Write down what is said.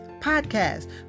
podcast